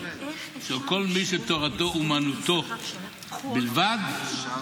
שכל מי שתורתו אומנותו בלבד לא חייב להתגייס.